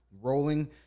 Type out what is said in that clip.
rolling